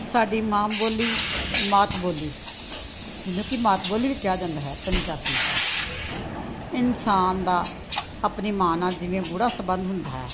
ਸਾਡੀ ਮਾਂ ਬੋਲੀ ਮਾਤ ਬੋਲੀ ਜਿਹਨੂੰ ਕਿ ਮਾਤ ਬੋਲੀ ਵੀ ਕਿਹਾ ਜਾਂਦਾ ਹੈ ਪੰਜਾਬੀ ਹੈ ਇਨਸਾਨ ਦਾ ਆਪਣੀ ਮਾਂ ਨਾਲ ਜਿਵੇਂ ਗੂੜਾ ਸਬੰਧ ਹੁੰਦਾ ਹੈ